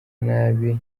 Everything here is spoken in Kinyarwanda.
nabi